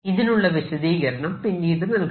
ഇതിനുള്ള വിശദീകരണം പിന്നീട് നൽകാം